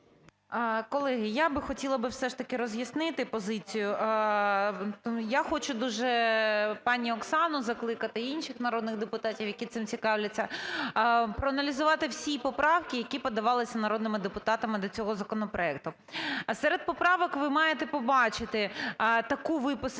Колеги, я би хотіла би все ж таки роз'яснити позицію. Я хочу дуже пані Оксану закликати і інших народних депутатів, які цим цікавляться, проаналізувати всі поправки, які подавалися народними депутатами до цього законопроекту. Серед поправок ви маєте побачити таку виписану